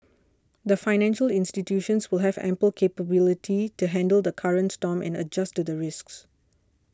the financial institutions will have ample capability to handle the current storm and adjust to the risks